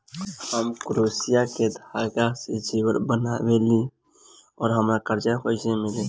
हम क्रोशिया के धागा से जेवर बनावेनी और हमरा कर्जा कइसे मिली?